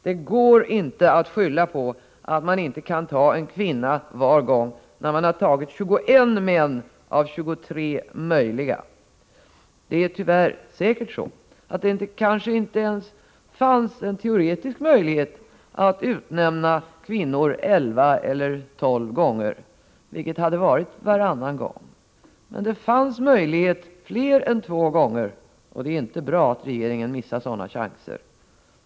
Det går inte att skylla på att man inte kan ta en kvinna varje gång, när man har tagit 21 män av 23 möjliga. Det är tyvärr säkert så, att det kanske inte fanns en teoretisk möjlighet att utnämna kvinnor 11 eller 12 gånger, vilket hade varit varannan gång. Men det fanns möjlighet fler än två gånger, och det är inte bra att regeringen missar sådana chanser.